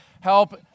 help